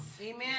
Amen